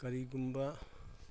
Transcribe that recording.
ꯀꯔꯤꯒꯨꯝꯕ